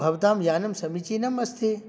भवतां यानं समीचीनमस्ति